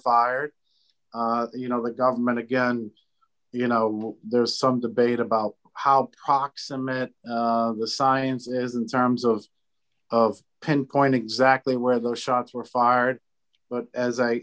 fired you know the government again you know there's some debate about how proximate the science isn't terms of of pinpoint exactly where those shots were fired but as